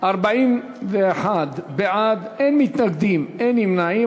41 בעד, אין מתנגדים, אין נמנעים.